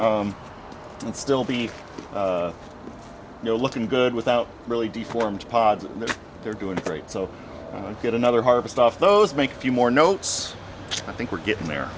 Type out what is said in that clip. and still be you know looking good without really deformed pods they're doing great so get another harvest off those make a few more notes i think we're getting there